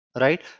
right